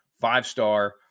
five-star